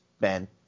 Ben